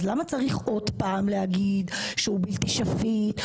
אז למה צריך עוד פעם להגיד שהוא בלתי שפיט,